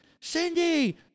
Cindy